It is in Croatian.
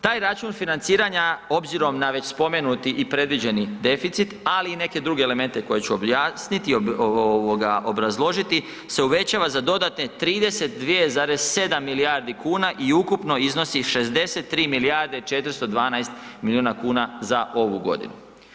Taj račun financiranja obzirom na već spomenuti i predviđeni deficit, ali i neke druge elemente koje ću obrazložiti se uvećava za dodatne 32,7 milijardi kuna i ukupno iznosi 63 milijarde i 412 milijuna kuna za ovu godinu.